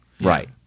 Right